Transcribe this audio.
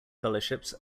fellowships